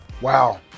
Wow